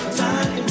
time